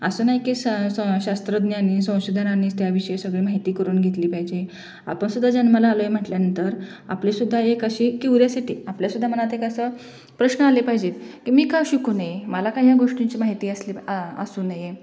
असं नाही की स स शास्त्रज्ञांनी संशोधनांनीच त्याविषयी सगळी माहिती करून घेतली पाहिजे आपणसुद्धा जन्माला आलो आहे म्हटल्यानंतर आपलीसुद्धा एक अशी क्युऱ्यासिटी आपल्यासुद्धा मनात एक असं प्रश्न आले पाहिजेत की मी का शिकू नये मला का या गोष्टीची माहिती असली असू नये